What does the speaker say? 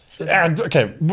Okay